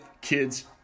kids